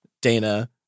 Dana